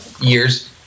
years